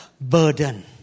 burden